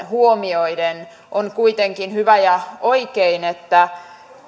huomioiden on kuitenkin hyvä ja oikein että